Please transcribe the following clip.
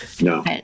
No